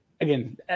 again